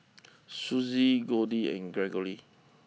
Susie Goldie and Greggory